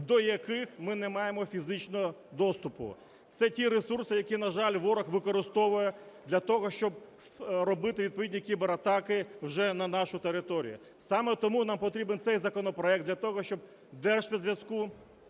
до яких ми не маємо фізичного доступу. Це ті ресурси, які, на жаль, ворог використовує для того, щоб робити відповідні кібератаки вже на нашій території. Саме тому нам потрібен цей законопроект для того, щоб Держспецзв'язку